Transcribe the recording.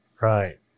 right